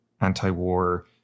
anti-war